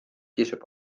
kisub